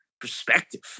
Perspective